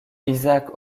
isaac